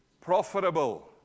profitable